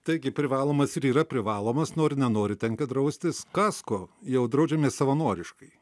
taigi privalomas ir yra privalomas nori nenori tenka draustis kasko jau draudžiamės savanoriškai